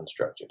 unstructured